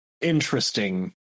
interesting